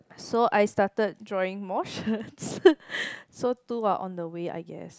so I started drawing more shirts so two are on the way I guess